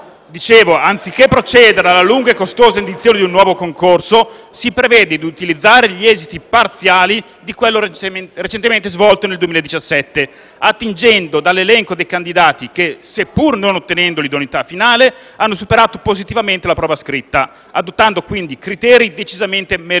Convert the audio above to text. Anziché procedere alla lunga e costosa indizione di un nuovo concorso, si prevede di utilizzare gli esiti parziali di quello recentemente svolto nel 2017, attingendo dall'elenco dei candidati che, seppur non ottenendo l'idoneità finale, hanno superato positivamente la prova scritta, adottando quindi criteri decisamente meritocratici.